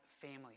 family